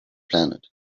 planet